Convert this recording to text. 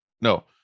No